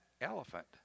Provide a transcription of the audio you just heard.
elephant